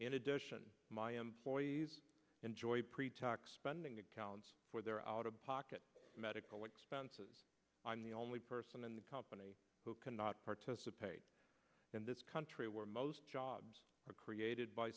in addition my employees enjoy pretax spending accounts for their out of pocket medical expenses i'm the only person in the company who cannot participate in this country where most jobs are created by